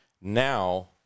now